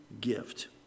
gift